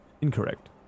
incorrect